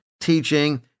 teaching